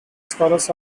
scholars